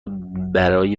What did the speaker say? برای